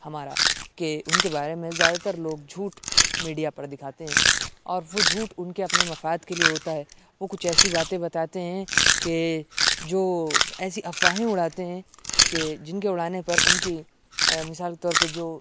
ہمارا کہ ان کے بارے میں زیادہ تر لوگ جھوٹ میڈیا پر دکھاتے ہیں اور وہ جھوٹ ان کے اپنے مفاد کے لیے ہوتا ہے وہ کچھ ایسی باتیں بتاتے ہیں کہ جو ایسی افواہیں اڑاتے ہیں کہ جن کے اڑانے پر ان کی مثال کے طور پہ جو